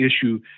issue